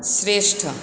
શ્રેષ્ઠ